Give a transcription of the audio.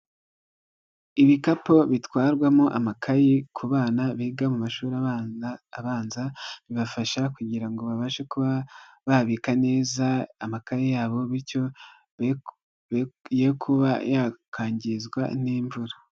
Ibikapu bitwarwamo amakayi ku bana biga mu mashuri abanza, abanza bibafasha kugira babashe kuba babika neza amakaye yabo bityo ye kuba yakangizwa n'imvura.